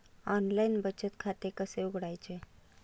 Online बचत खाते कसे उघडायचे?